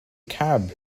cab